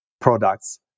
products